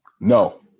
No